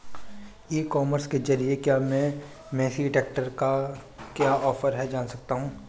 ई commerce के ज़रिए क्या मैं मेसी ट्रैक्टर का क्या ऑफर है जान सकता हूँ?